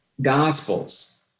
Gospels